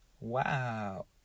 Wow